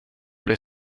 bli